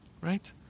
Right